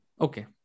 Okay